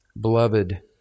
beloved